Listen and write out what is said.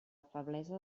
feblesa